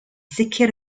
sicr